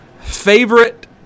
Favorite